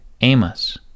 Amos